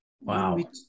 Wow